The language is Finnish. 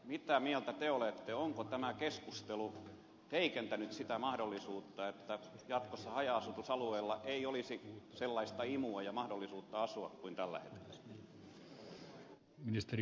mitä mieltä te olette onko tämä keskustelu heikentänyt sitä mahdollisuutta että jatkossa haja asutusalueilla olisi sellaista imua ja mahdollisuutta asua kuin tällä hetkellä